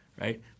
right